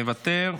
מוותר.